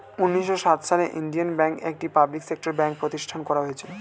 উন্নিশো সাত সালে ইন্ডিয়ান ব্যাঙ্ক, একটি পাবলিক সেক্টর ব্যাঙ্ক প্রতিষ্ঠান করা হয়েছিল